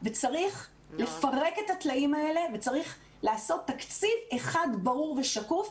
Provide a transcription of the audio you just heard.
וצריך לפרק את התלאים האלה וצריך לעשות תקציב אחד ברור ושקוף,